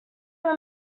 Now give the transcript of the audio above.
have